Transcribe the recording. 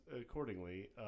accordingly